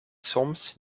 soms